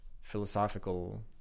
philosophical